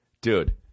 dude